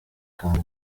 kandi